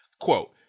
quote